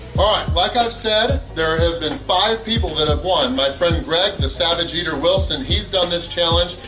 alright, like i've said, there have been five people that have won. my friend, greg the savage eater wilson, he's done this challenge,